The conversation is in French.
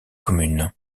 communes